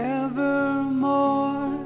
evermore